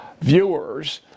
viewers